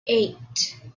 eight